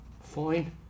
Fine